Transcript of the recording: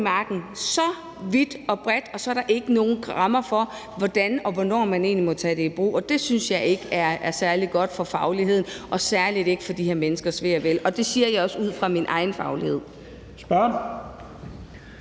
magten så vidt og bredt, at der ikke er nogen rammer for, hvordan og hvornår man egentlig må tage den i brug. Det synes jeg ikke er særlig godt for fagligheden, og særligt ikke for de her menneskers ve og vel. Det siger jeg også ud fra min egen faglighed.